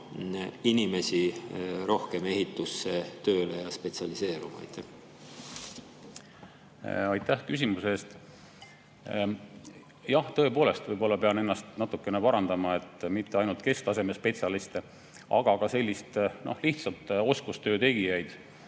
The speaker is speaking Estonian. inimesi rohkem ehitusse tööle ja spetsialiseeruma? Aitäh küsimuse eest! Jah, tõepoolest, pean ennast natukene parandama. Mitte ainult kesktaseme spetsialiste, vaid ka selliseid lihtsalt oskustöötegijaid